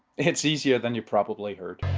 it's easier than you probably heard.